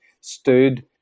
stood